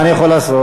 מה לעשות.